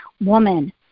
woman